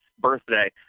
birthday